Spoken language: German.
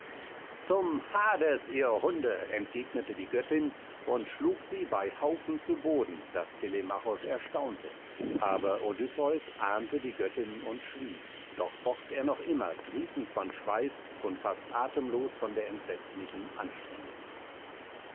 zum hades ihr hunde entgegnete die göttin und schlug sie bei haufen zu boden daß telemachos erstaunte aber odysseus ahnte die göttin und schwieg doch focht er noch immer triefend von schweiß und fast atemlos von der entsetzlichen anstrengung